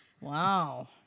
Wow